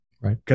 right